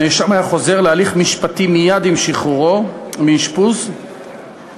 הנאשם היה חוזר להליך משפטי מייד עם שחרורו מאשפוז והיו